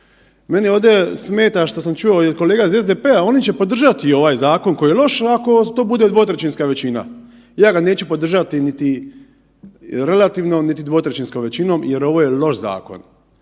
Meni ovdje smeta što sam čuo i od kolega iz SDP-a, oni će podržati ovaj zakona koji je loš, ako uz to bude dvotrećinska većina. Ja ga neću podržati niti relativnom niti dvotrećinskom većinom jer ovo je loš zakon.